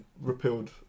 repealed